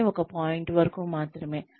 కానీ ఒక పాయింట్ వరకు మాత్రమే